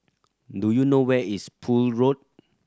do you know where is Poole Road